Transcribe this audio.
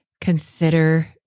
consider